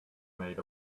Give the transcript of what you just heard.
maid